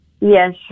Yes